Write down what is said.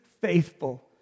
faithful